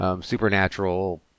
Supernatural